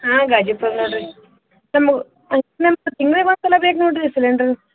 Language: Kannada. ಹಾಂ ಗಾಜಿಪುರ ನೋಡ್ರಿ ನಮ್ಗೆ ತಿಂಗ್ಳಿಗೆ ಒಂದು ಸಲ ಬೇಕು ನೋಡ್ರಿ ಸಿಲಿಂಡರ್